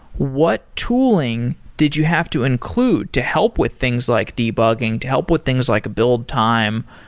what tooling did you have to include to help with things like debugging, to help with things like build time,